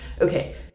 Okay